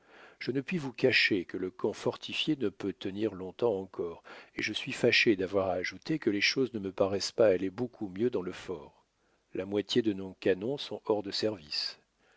je ne puis vous cacher que le camp fortifié ne peut tenir longtemps encore et je suis fâché d'avoir à ajouter que les choses ne me paraissent pas aller beaucoup mieux dans le fort la moitié de nos canons sont hors de service